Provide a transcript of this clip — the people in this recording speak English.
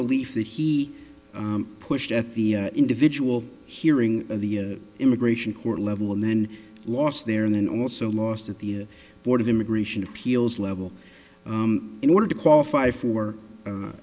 relief that he pushed at the individual hearing of the immigration court level and then lost there and then also lost at the board of immigration appeals level in order to qualify for